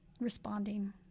responding